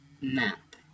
map